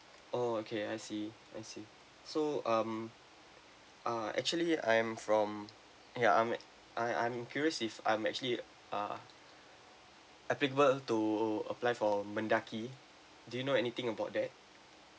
oh okay I see I see so um ah actually I'm from ya I'm I I'm curious if I'm actually are applicable to apply for mendaki do you know anything about that